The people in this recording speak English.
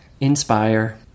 Inspire